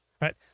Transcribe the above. right